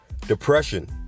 depression